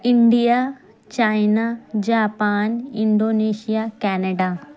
India China Japan Indonesia Canada